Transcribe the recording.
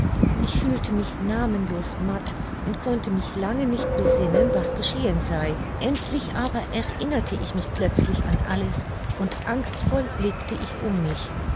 ich fühlte mich namenlos matt und konnte mich lange nicht besinnen was geschehen sei endlich aber erinnerte ich mich plötzlich an alles und angstvoll blickte ich um mich